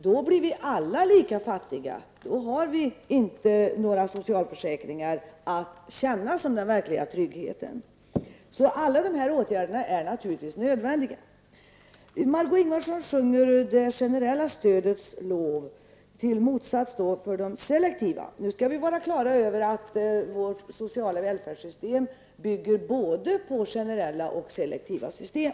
Då blir vi alla lika fattiga, då har vi inte några socialförsäkringar som verklig trygghet. Alla åtgärderna är naturligtvis nödvändiga. Margó Ingvardsson sjunger det generella stödets lov och vänder sig mot det selektiva stödet. Nu skall vi vara på det klara med att vårt sociala välfärdssystem bygger på både generella och selektiva system.